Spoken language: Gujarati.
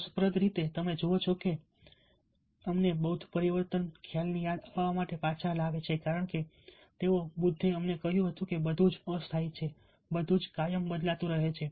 રસપ્રદ રીતે તમે જુઓ છો કે તે અમને બૌદ્ધ પરિવર્તન ખ્યાલની યાદ અપાવવા માટે પાછા લાવે છે કારણ કે તેઓ બુદ્ધે અમને કહ્યું હતું કે બધું જ અસ્થાયી છે બધું જ કાયમ બદલાતું રહે છે